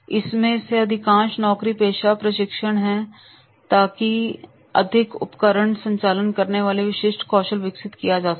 इसमें से अधिकांश नौकरी पेशा प्रशिक्षण है ताकि अधिक उपकरण संचालित करने के लिए विशिष्ट कौशल विकसित किया जा सके